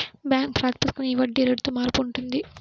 bank ప్రాతిపదికన ఈ వడ్డీ రేటులో మార్పు ఉంటుంది